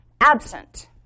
absent